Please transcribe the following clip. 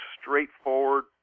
straightforward